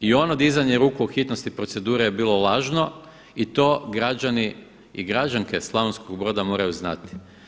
I ono dizanje ruku o hitnosti procedure je bilo lažno i to građani i građanke Slavonskog Broda moraju znati.